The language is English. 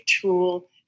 tool